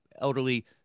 elderly